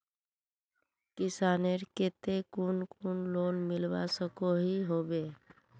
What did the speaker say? किसानेर केते कुन कुन लोन मिलवा सकोहो होबे?